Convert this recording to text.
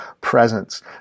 presence